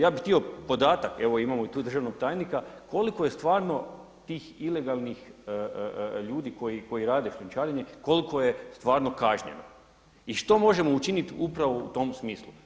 Ja bih htio podatak, evo imamo tu i državnog tajnika, koliko je stvarno tih ilegalnih ljudi koji rade šljunčarenje koliko je stvarno kažnjeno i što možemo učiniti upravo u tom smislu?